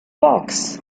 parks